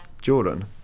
Jordan